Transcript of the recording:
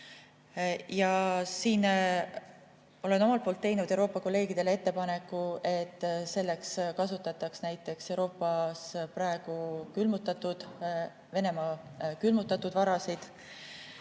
Ja ma olen omalt poolt teinud Euroopa kolleegidele ettepaneku, et selleks kasutataks Euroopas praegu külmutatud Venemaa varasid.